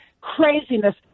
craziness